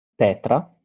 Tetra